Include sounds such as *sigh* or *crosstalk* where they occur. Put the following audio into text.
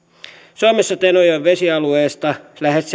suomessa tenojoen vesialueesta lähes *unintelligible*